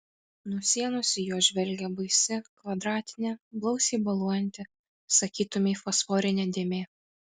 nuo sienos į juos žvelgė baisi kvadratinė blausiai boluojanti sakytumei fosforinė dėmė